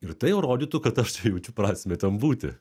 ir tai rodytų kad aš jaučiu prasmę ten būti